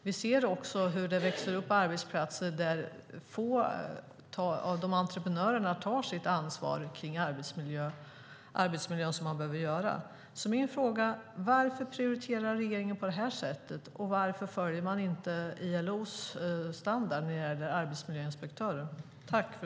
Vi ser också hur det växer fram arbetsplatser där få av entreprenörerna tar det ansvar när det gäller arbetsmiljön som de behöver göra. Varför prioriterar regeringen på det här sättet, och varför följer man inte ILO:s standard när det gäller arbetsmiljöinspektörer?